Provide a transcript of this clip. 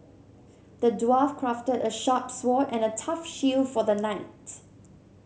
the dwarf crafted a sharp sword and a tough shield for the knight